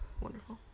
wonderful